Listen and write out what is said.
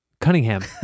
Cunningham